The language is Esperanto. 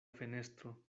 fenestro